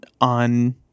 on